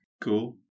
Cool